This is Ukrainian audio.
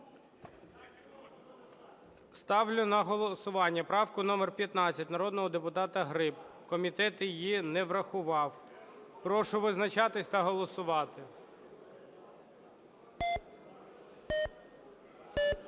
Ставлю на голосування правку номер 15 народного депутата Гриб. Комітет її не врахував. Прошу визначатись та голосувати.